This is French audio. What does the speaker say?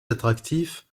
attractif